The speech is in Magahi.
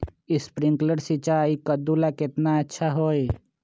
स्प्रिंकलर सिंचाई कददु ला केतना अच्छा होई?